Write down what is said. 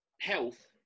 health